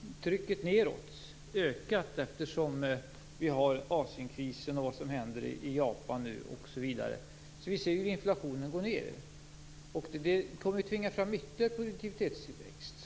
pristrycket nedåt ökat till följd av Asienkrisen, utvecklingen i Japan nu osv. Vi ser alltså att inflationen går ned. Det kommer att tvinga fram ytterligare produktivitetstillväxt.